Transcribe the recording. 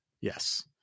yes